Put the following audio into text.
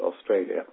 Australia